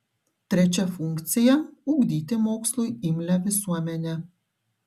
trečia funkcija ugdyti mokslui imlią visuomenę